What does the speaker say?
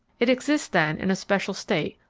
it exists, then, in a special state,